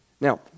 Now